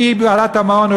היא בעלת המעון.